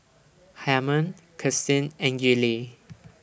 Harman Kirsten and Gillie